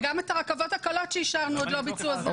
וגם את הרכבות הקלות שאישרנו עוד לא ביצעו,